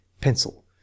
Pencil